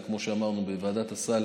כמו שאמרנו, ועדת הסל